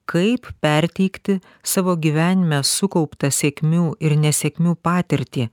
kaip perteikti savo gyvenime sukauptą sėkmių ir nesėkmių patirtį